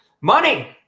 Money